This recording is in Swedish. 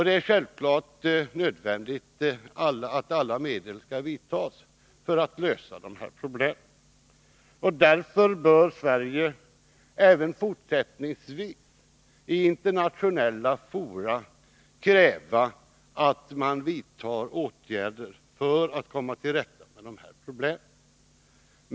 Det är självfallet nödvändigt att alla åtgärder vidtas för att lösa de problemen. Därför skall Sverige även fortsättningsvis i internationella fora kräva att man vidtar åtgärder för att komma till rätta med de här problemen.